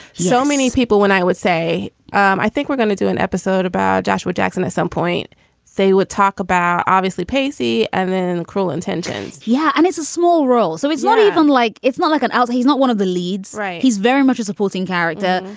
so many people when i would say um i think we're going to do an episode about joshua jackson at some point say would talk about obviously pacey and then cruel intentions yeah. and it's a small role. so it's not even like it's not like an out. he's not one of the leads. he's very much a supporting character.